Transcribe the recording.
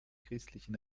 christlichen